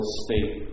state